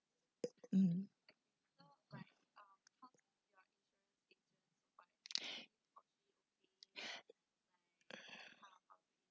mm